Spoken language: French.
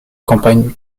campagne